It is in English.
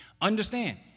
Understand